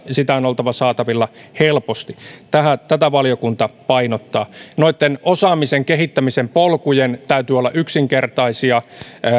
ja sitä on oltava saatavilla helposti tätä valiokunta painottaa osaamisen kehittämisen polkujen täytyy olla yksinkertaisia